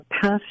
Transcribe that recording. past